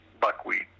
buckwheat